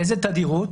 באיזה תדירות?